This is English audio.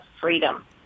freedom